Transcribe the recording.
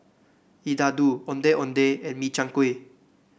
laddu Ondeh Ondeh and Min Chiang Kueh